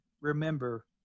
remember